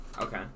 Okay